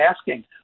asking